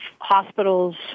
hospitals